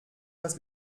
was